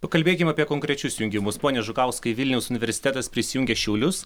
pakalbėkim apie konkrečius jungimus pone žukauskai vilniaus universitetas prisijungė šiaulius